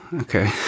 okay